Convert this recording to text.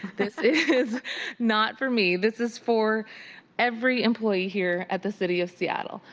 this is not for me. this is for every employee here at the city of seattle.